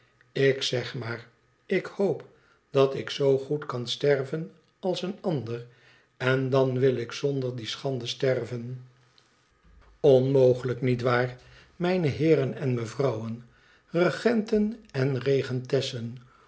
ik zeg maar ik hoop dat ik zoo goed kan sterven als een ander en dan wil ik zonder die schande sterven onmogelijk niet waar mijne heeren en mevrouwen regenten en